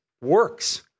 works